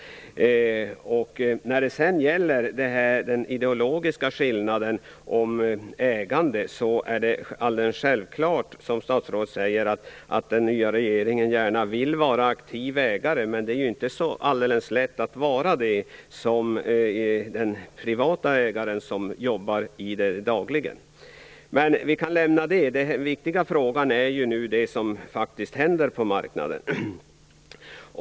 När det gäller den ideologiska skillnaden i fråga om ägandet är det självfallet så, som statsrådet säger, att den nya regeringen gärna vill vara aktiv ägare. Men det är ju inte så alldeles lätt att vara det som det är för den privata ägaren som jobbar i verksamheten dagligen. Men den frågan kan vi lämna. Den viktiga frågan nu är faktiskt det som händer på marknaden.